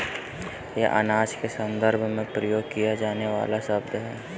यह अनाज के संदर्भ में प्रयोग किया जाने वाला शब्द है